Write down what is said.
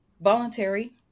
Voluntary